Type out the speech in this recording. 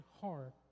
hard